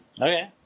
Okay